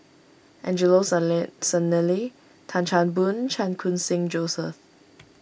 Angelo Sanelli Tan Chan Boon Chan Khun Sing Joseph